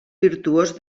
virtuós